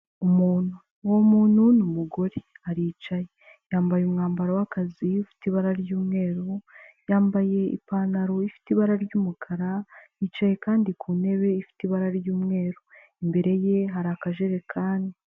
Umuntu, uwo muntu ni umugore aricaye yambaye umwambaro w'akazi ufite ibara ry'umweru, yambaye ipantaro ifite ibara ry'umukara, yicaye kandi ku ntebe ifite ibara ry'umweru. Imbere ye hari akajerekani.